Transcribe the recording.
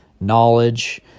knowledge